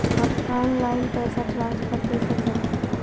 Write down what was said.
Online पैसा transfer कैसे करे?